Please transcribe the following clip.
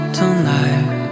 tonight